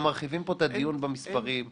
קיבלתם את כל הנתונים במלואם וצריך לבחון אותם,